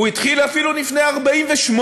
הוא התחיל אפילו לפני 1948,